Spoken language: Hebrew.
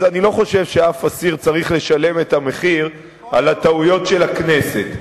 אז אני חושב שאף אסיר לא צריך לשלם את המחיר על הטעויות של הכנסת.